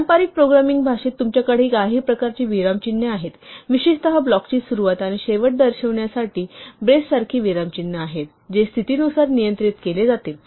पारंपारिक प्रोग्रामिंग भाषेत तुमच्याकडे काही प्रकारचे विरामचिन्हे असतात विशेषत ब्लॉकची सुरुवात आणि शेवट दर्शविण्यासाठी ब्रेससारखे विरामचिन्हे आहेत जे स्थितीनुसार नियंत्रित केले जाते